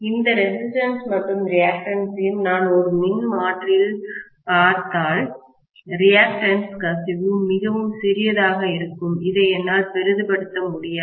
இந்த ரெசிஸ்டன்ஸ் மற்றும் ரியாக்டென்ஸ்யையும் நான் ஒரு மின்மாற்றியில் பார்த்தால் ரியாக்டென்ஸ் கசிவு மிகவும் சிறியதாக இருக்கும் இதை என்னால் பெரிதுபடுத்த முடியாது